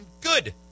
good